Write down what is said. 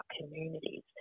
communities